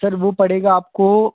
sir वह पड़ेगा आपको